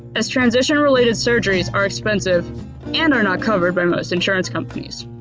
as transition related surgeries are expensive and are not covered by most insurance companies.